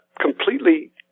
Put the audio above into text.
completely